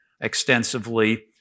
extensively